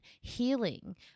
healing